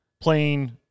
playing